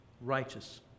righteous